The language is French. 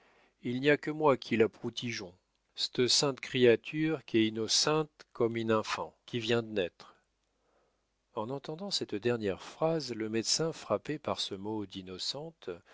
il n'y a que moi qui la proutègeon cte sainte criature qu'est innocinte coume l'infant qui vient de nettre en entendant cette dernière phrase le médecin frappé par ce mot d'innocente